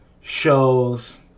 shows